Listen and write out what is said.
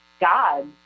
God